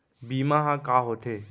बीमा ह का होथे?